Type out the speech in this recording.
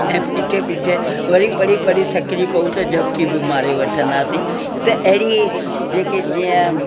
ऐं बीठे बीठे वरी पढ़ी पढ़ी थकिजी पऊं त झपिकी बि मारे वठंदा हुआसीं त अहिड़ी जेके जीअं